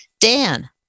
Dan